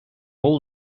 all